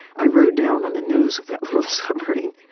i rode down on the nose of that little submarine,